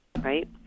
right